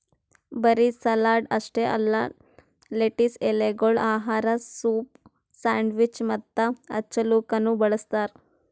ಬರೀ ಸಲಾಡ್ ಅಷ್ಟೆ ಅಲ್ಲಾ ಲೆಟಿಸ್ ಎಲೆಗೊಳ್ ಆಹಾರ, ಸೂಪ್, ಸ್ಯಾಂಡ್ವಿಚ್ ಮತ್ತ ಹಚ್ಚಲುಕನು ಬಳ್ಸತಾರ್